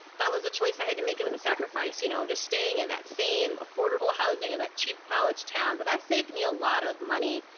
that was a choice i had to make. it was a sacrifice, you know, just staying in and that same affordable housing and that cheap college town, but that saved me a lot of money.